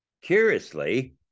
Curiously